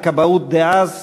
מערך הכבאות דאז